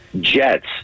jets